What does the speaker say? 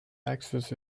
axis